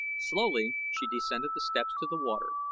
slowly she descended the steps to the water,